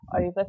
over